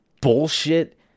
bullshit